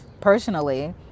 personally